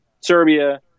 Serbia